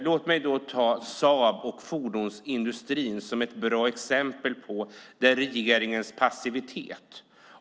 Låt mig ta Saab och fordonsindustrin som ett bra exempel på regeringens passivitet.